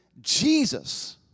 Jesus